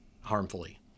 harmfully